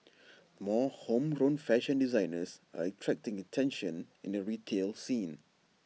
more homegrown fashion designers are attracting attention in the retail scene